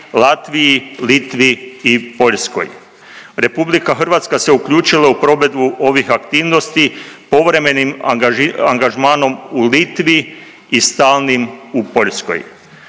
Latviji, Litvi i Poljskoj. Republika Hrvatska se uključila u provedbu ovih aktivnosti povremenim angažmanom u Litvi i stalnim u Poljskoj.